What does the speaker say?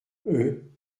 eux